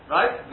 Right